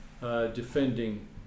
Defending